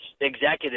executive